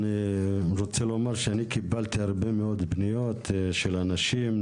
אני רוצה לומר שאני קיבלתי הרבה מאוד פניות של אנשים,